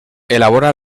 elabora